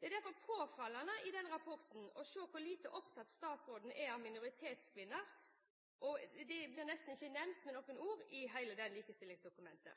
Det er derfor i rapporten påfallende å se hvor lite opptatt statsråden er av minoritetskvinner. De blir nesten ikke nevnt i hele likestillingsdokumentet.